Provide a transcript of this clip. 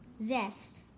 Zest